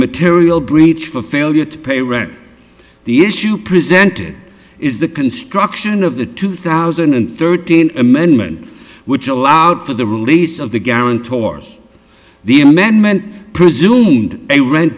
material breach for failure to pay rent the issue presented is the construction of the two thousand and thirteen amendment which allowed for the release of the guarantors the amendment presumed a rent